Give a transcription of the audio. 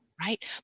Right